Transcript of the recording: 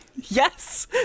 Yes